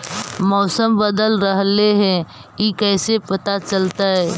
मौसम बदल रहले हे इ कैसे पता चलतै?